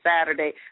Saturday